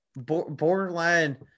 borderline